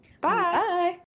Bye